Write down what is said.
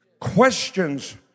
questions